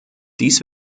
dies